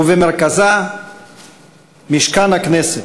ובמרכזה משכן הכנסת,